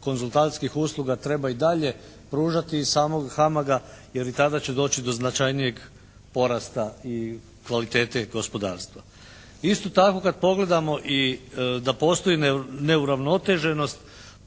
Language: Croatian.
konzultanskih usluga treba i dalje pružati iz samog HAMAG-a jer i tada će doći do značajnijeg porasta i kvalitete gospodarstva. Isto tako kad pogledamo i da postoji neuravnoteženost